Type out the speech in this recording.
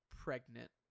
pregnant